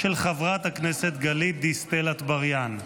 של חברת הכנסת גלית דיסטל אטבריאן.